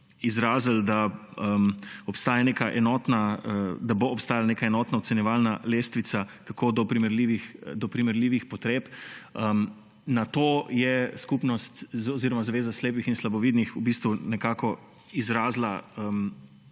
izrazili, da bo obstajala neka enotna ocenjevalna lestvica, kako do primerljivih potreb. Na to je Zveza društev slepih in slabovidnih nekako izrazila,